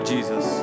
Jesus